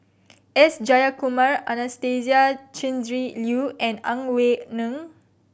S Jayakumar Anastasia Tjendri Liew and Ang Wei Neng